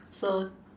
so